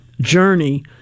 journey